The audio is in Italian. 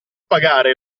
pagare